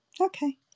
Okay